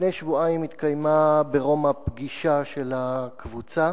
לפני שבועיים התקיימה ברומא פגישה של הקבוצה.